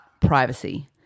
privacy